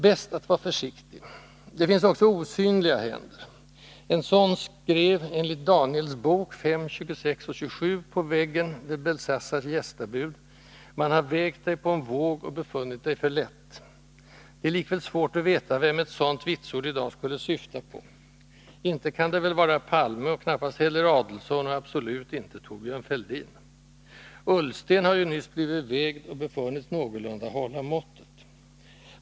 Bäst att vara försiktig! Det finns också osynliga händer: En sådan skrev enligt Daniels bok 5:26, 27 på väggen vid Belsassars gästabud: ”Man har vägt Dig på en våg och befunnit Dig för lätt.” Det är likväl svårt att veta vem ett sådant vitsord i dag skulle syfta på. Inte kan det väl vara Palme och knappast heller Adelsohn och absolut inte Thorbjörn Fälldin. Ullsten har ju nyss blivit vägd och befunnits någorlunda hålla måttet.